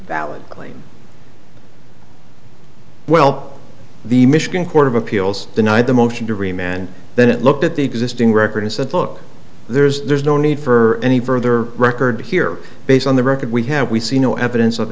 claim well the michigan court of appeals denied the motion to remain and then it looked at the existing record and said look there's there's no need for any further record here based on the record we have we see no evidence of